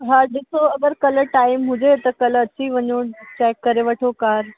हा ॾिसो अगरि कल्ह टाइम हुजे त कल्ह अची वञो चैक करे वठो कार